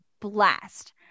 blast